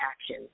action